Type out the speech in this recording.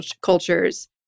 cultures